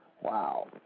wow